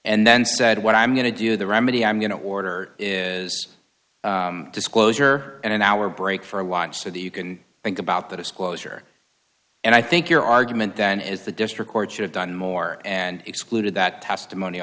and then said what i'm going to do the remedy i'm going to order is disclosure and an hour break for a watch so that you can think about the disclosure and i think your argument then is the district court should have done more and excluded that testimony